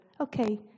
okay